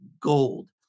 gold